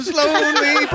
Slowly